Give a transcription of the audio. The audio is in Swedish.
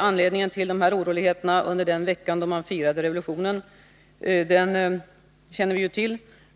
Anledningen till de här oroligheterna under den vecka man firade revolutionen känner vi till.